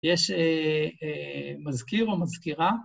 יש מזכיר או מזכירה?